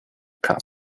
cup